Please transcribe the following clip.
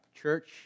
church